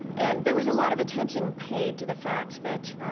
and there was a lot of attention paid to the fact that